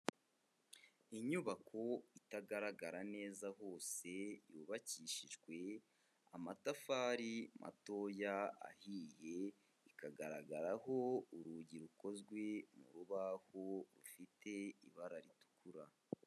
Inyubako itagaragara neza hose, yubakishijwe amatafari matoya ahiye, ikagaragaraho urugi rukozwe mu rubaho rufite ibara ritukura.